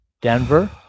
Denver